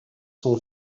sont